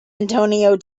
antonio